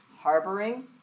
harboring